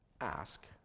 ask